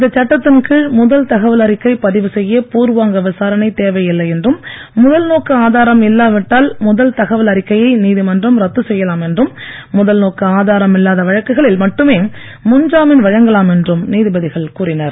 இந்த சட்டத்தின் கீழ் முதல் தகவல் அறிக்கை பதிவு செய்ய பூர்வாங்க விசாரணை தேவையில்லை என்றும் முதல் நோக்கு ஆதாரம் இல்லாவிட்டால் முதல் தகவல் அறிக்கையை நீதிமன்றம் ரத்து செய்யலாம் என்றும் முதல்நோக்கு ஆதாரம் இல்லாத வழக்குகளில் மட்டுமே முன்ஜாமீன் வழங்கலாம் என்றும் நீதிபதிகள் கூறினர்